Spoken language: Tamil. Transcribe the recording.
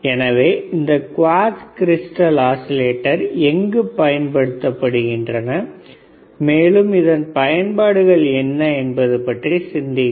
எனவே இந்த குவார்ட்ஸ் கிரிஸ்டல் ஆஸிலேட்டர் எங்கு பயன்படுத்தப்படுகின்றன மேலும் இதன் பயன்பாடுகள் என்ன என்பதை பற்றி சிந்தியுங்கள்